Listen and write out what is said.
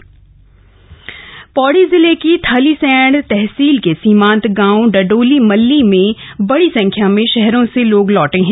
home quarantine Pauri Pauri जिले की थलीसैंण तहसील के सीमांत गांव डडोली मल्ली में बड़ी संख्या में शहरों से लोग लौटे हैं